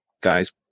guys